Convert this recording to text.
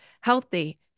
Healthy